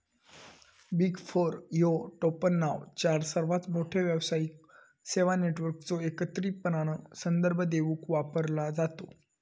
big four ह्यो टोपणनाव चार सर्वात मोठ्यो व्यावसायिक सेवा नेटवर्कचो एकत्रितपणान संदर्भ देवूक वापरलो जाता